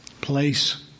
place